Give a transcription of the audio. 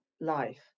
life